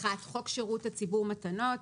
(1)חוק שירות הציבור (מתנות),